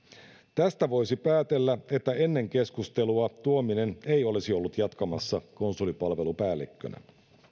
tästä voisi päätellä että ennen keskustelua hän ei olisi ollut jatkamassa konsulipalvelupäällikkönä